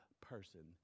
person